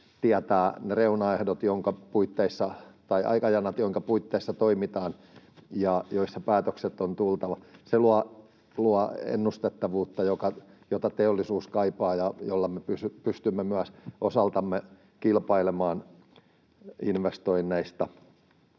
tietää ne aikajanat, joiden puitteissa toimitaan ja joissa päätösten on tultava. Se luo ennustettavuutta, jota teollisuus kaipaa ja jolla me pystymme myös osaltamme kilpailemaan investoinneista.